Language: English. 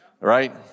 right